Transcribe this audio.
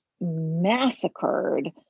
massacred